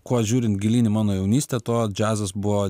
kuo žiūrint gilyn į mano jaunystę to džiazas buvo